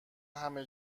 همه